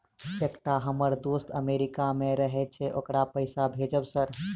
एकटा हम्मर दोस्त अमेरिका मे रहैय छै ओकरा पैसा भेजब सर?